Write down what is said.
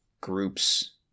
group's